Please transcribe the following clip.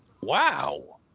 Wow